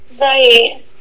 Right